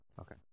Okay